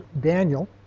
Daniel